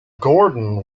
gordon